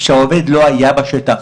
שהעובד לא היה בשטח,